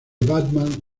batman